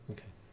Okay